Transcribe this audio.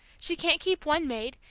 she can't keep one maid,